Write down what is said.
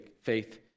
faith